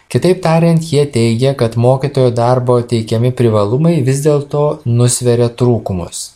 kitaip tariant jie teigia kad mokytojo darbo teikiami privalumai vis dėlto nusveria trūkumus